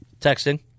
Texting